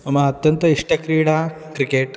मम अत्यन्तम् इष्टक्रीडा क्रिकेट्